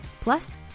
Plus